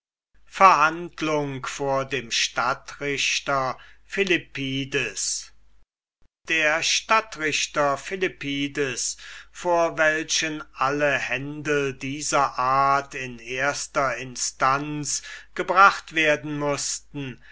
verhandlung vor dem stadtrichter philippides der stadtrichter philippides vor den alle händel dieser art in erster instanz gebracht werden mußten